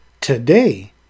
Today